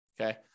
Okay